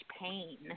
pain